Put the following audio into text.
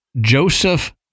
Joseph